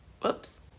Whoops